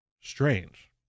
strange